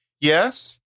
yes